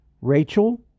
Rachel